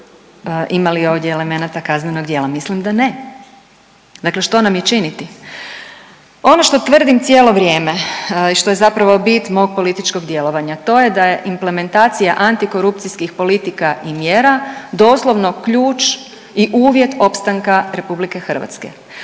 ima li ovdje elemenata kaznenog djela? Mislim da ne. Dakle što nam je činiti? Ono što tvrdim cijelo vrijeme i što je zapravo bit mog političkog djelovanja, to je da je implementacija antikorupcijskih politika i mjera doslovno ključ i uvjet opstanka Republike Hrvatske,